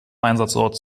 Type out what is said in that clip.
einsatzort